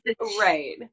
right